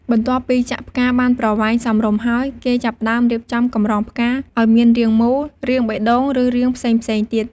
បន្ទាប់ពីចាក់ផ្កាបានប្រវែងសមរម្យហើយ គេចាប់ផ្ដើមរៀបចំកម្រងផ្កា ឲ្យមានរាងមូល រាងបេះដូង ឬរាងផ្សេងៗទៀត។